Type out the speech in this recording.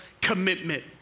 commitment